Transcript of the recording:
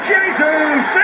Jesus